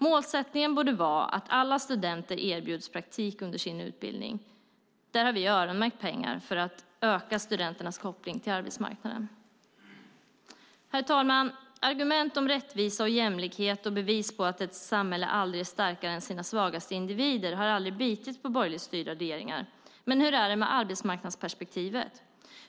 Målsättningen borde vara att alla studenter erbjuds praktik under sin utbildning. Där har vi öronmärkt pengar för att öka studenternas koppling till arbetsmarknaden. Herr talman! Argument om rättvisa, jämlikhet och bevis på att ett samhälle aldrig är starkare än sina svagaste individer har aldrig bitit på borgerligt styrda regeringar. Men hur är det med arbetsmarknadsperspektivet?